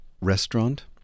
Restaurant